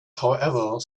however